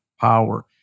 power